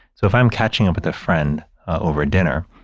so if i'm catching up with a friend over dinner,